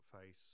face